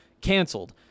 canceled